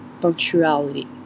punctuality